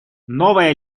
новая